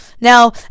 Now